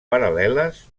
paral·leles